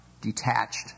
detached